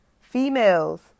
females